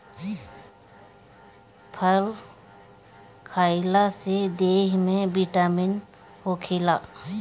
फल खइला से देहि में बिटामिन होखेला